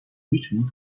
richmond